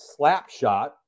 Slapshot